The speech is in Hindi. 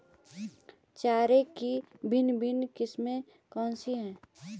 चारे की भिन्न भिन्न किस्में कौन सी हैं?